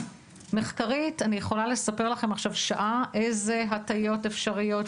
מחקרית אני יכולה לספר לכם עכשיו שעה אילו הטיות אפשריות,